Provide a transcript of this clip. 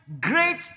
great